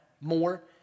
more